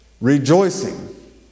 rejoicing